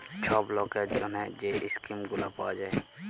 ছব লকের জ্যনহে যে ইস্কিম গুলা পাউয়া যায়